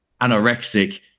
anorexic